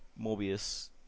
Morbius